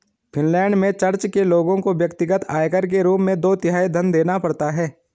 Finland में चर्च के लोगों को व्यक्तिगत आयकर के रूप में दो तिहाई धन देना पड़ता है